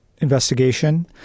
investigation